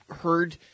heard